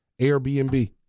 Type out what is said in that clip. Airbnb